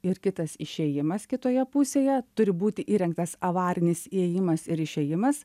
ir kitas išėjimas kitoje pusėje turi būti įrengtas avarinis įėjimas ir išėjimas